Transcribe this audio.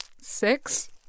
Six